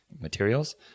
Materials